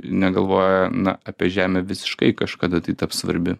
negalvoja na apie žemę visiškai kažkada tai taps svarbi